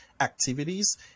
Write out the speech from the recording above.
activities